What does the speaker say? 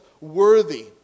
worthy